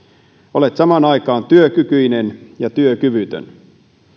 olet samaan aikaan työkykyinen ja työkyvytön